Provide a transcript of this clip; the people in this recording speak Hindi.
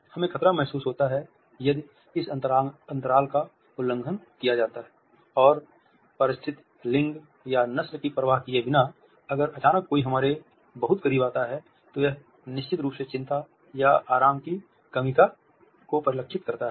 हमें खतरा महसूस होता है यदि इस अंतराल का उल्लंघन किया जाता है और परिस्थिति लिंग या नस्ल की परवाह किए बिना अगर अचानक कोई हमारे बहुत करीब आता है तो यह निश्चित रूप से चिंता या आराम की कमी को परिलक्षित करता है